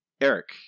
Eric